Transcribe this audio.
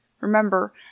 Remember